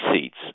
seats